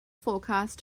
forecast